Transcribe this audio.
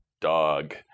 dog